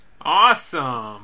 awesome